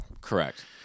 Correct